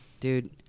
Dude